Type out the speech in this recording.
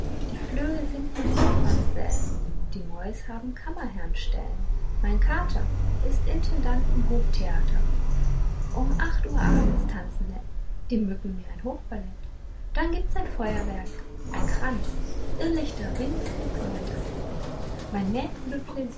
die flöhe sind mir hofmamsellen die mäus hab'n kammerherrnstellen mein kater ist intendant vom hoftheater um acht uhr abends tanzen nett die mücken mir ein hofballett dann gibt's ein feuerwerk ein kranz irrlichter rings im feuertanz mein